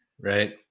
right